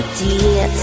dear